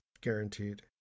guaranteed